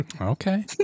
Okay